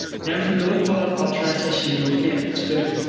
there is no color contrast issue here. it's good.